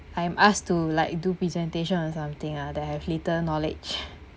I'm asked to like do presentation on something ah that have little knowledge